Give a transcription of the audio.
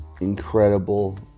incredible